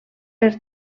per